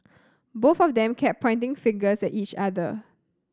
both of them kept pointing fingers at each other